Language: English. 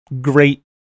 great